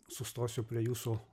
sustosiu prie jūsų